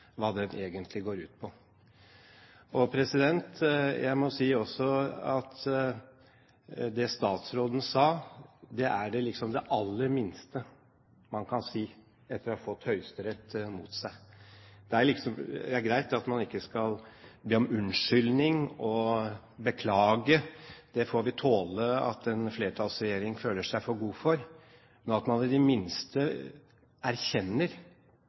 hva den egentlig går ut på. Jeg må også si at det statsråden sa, er det aller minste man kan si etter å ha fått Høyesterett mot seg. Det er greit at man ikke skal be om unnskyldning og beklage, det får vi tåle at en flertallsregjering føler seg for god for. Men at man i det minste erkjenner